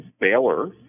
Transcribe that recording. Baylor